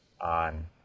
on